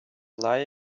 lie